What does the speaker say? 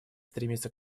стремиться